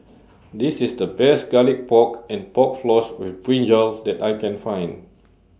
This IS The Best Garlic Pork and Pork Floss with Brinjal that I Can Find